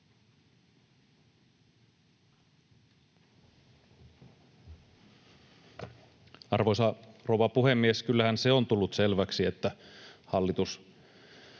Arvoisa rouva puhemies! Kyllähän se on tullut selväksi, että hallitus,